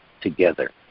together